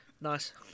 Nice